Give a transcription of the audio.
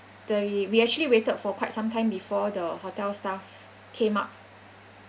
they we actually waited for quite sometime before the hotel staff came up